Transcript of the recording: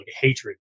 hatred